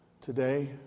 Today